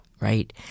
Right